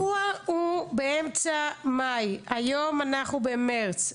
האירוע הוא באמצע מאי, היום אנחנו במרץ.